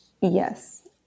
Yes